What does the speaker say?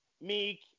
Meek